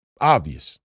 obvious